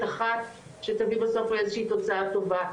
אחת שתביא בסוף איזו שהיא תוצאה טובה.